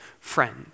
friend